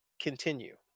continue